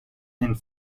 and